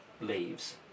leaves